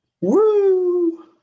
Woo